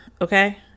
Okay